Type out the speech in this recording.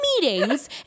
meetings